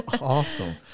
awesome